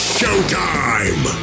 showtime